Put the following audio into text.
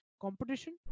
competition